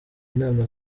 inama